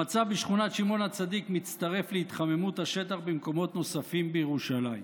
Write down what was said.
המצב בשכונת שמעון הצדיק מצטרף להתחממות השטח במקומות נוספים בירושלים.